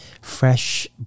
fresh